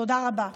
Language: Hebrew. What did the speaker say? תודה רבה.